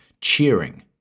cheering